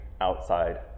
outside